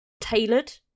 Tailored